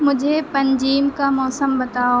مجھے پنجیم کا موسم بتاؤ